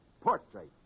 Portrait